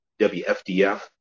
WFDF